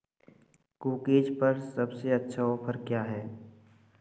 cookies पर सबसे अच्छा ऑफर क्या है